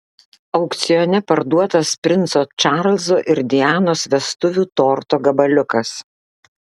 aukcione parduotas princo čarlzo ir dianos vestuvių torto gabaliukas